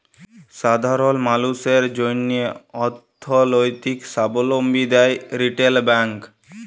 সাধারল মালুসের জ্যনহে অথ্থলৈতিক সাবলম্বী দেয় রিটেল ব্যাংক